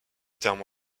terme